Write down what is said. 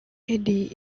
eddy